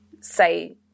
say